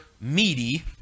meaty